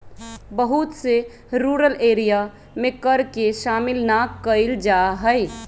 बहुत से rural area में कर के शामिल ना कइल जा हई